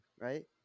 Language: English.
right